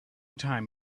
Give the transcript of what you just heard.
time